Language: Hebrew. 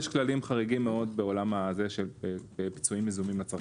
יש כללים חריגים מאוד בעולם הזה של פיצויים יזומים לצרכן.